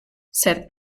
said